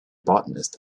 botanist